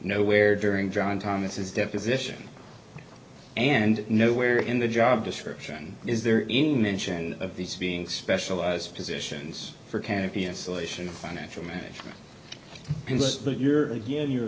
nowhere during john thomas's deposition and nowhere in the job description is there any mention of these being specialized positions for canopy insulation financial management you're given you're